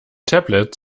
tablets